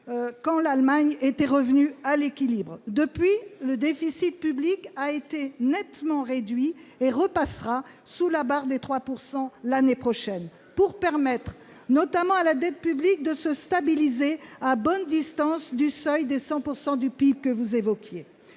quand l'Allemagne était revenue à l'équilibre. Depuis lors, il a été nettement réduit et il repassera sous la barre des 3 % l'année prochaine, pour permettre notamment à la dette publique de se stabiliser, à bonne distance du seuil des 100 % du PIB que vous avez